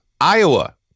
Iowa